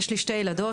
יש לי שתי ילדות,